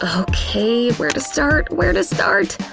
ah okay, where to start where to start.